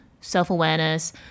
self-awareness